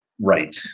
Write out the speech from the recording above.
Right